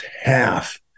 half